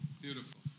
Beautiful